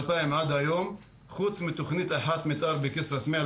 2000 ועד היום חוץ מתכנית מתאר אחת בכסרא סמיע,